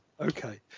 okay